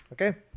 Okay